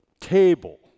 table